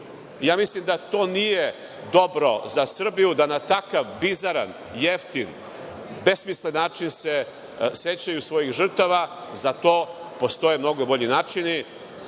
nepogoda. Mislim da to nije dobro za Srbiju, da na takav bizaran, jeftin, besmislen način se sećaju svojih žrtava. Za to postoje mnogo bolji načini.